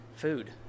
food